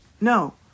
no